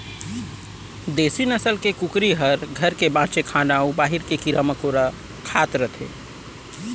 देसी नसल के कुकरी हर घर के बांचे खाना अउ बाहिर के कीरा मकोड़ा खावत रथे